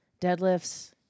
deadlifts